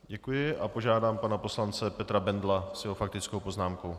Děkuji a požádám pana poslance Petra Bendla s jeho faktickou poznámkou.